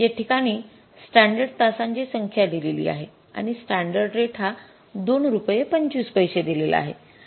याठिकाणी स्टॅंडर्ड तासांची संख्या दिलेली आहे आणि स्टॅंडर्ड रेट हा २ रुपये २५ पैसे दिलेला आहे